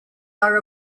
are